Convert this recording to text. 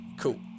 Cool